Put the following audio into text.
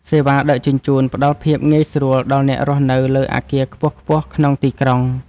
សេវាដឹកជញ្ជូន ផ្ដល់ភាពងាយស្រួលដល់អ្នករស់នៅលើអគារខ្ពស់ៗក្នុងទីក្រុង។